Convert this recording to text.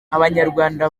abanyarwanda